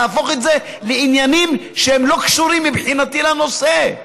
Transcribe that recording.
ולהפוך את זה לעניין שלא קשור מבחינתי לנושא.